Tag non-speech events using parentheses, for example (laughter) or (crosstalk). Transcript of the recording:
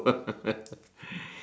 (laughs)